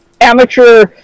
amateur